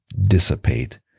dissipate